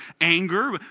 anger